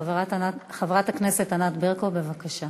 חברת הכנסת ענת ברקו, בבקשה.